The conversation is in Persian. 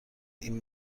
این